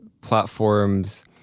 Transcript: platforms—